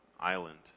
island